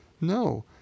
no